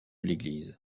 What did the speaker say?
l’église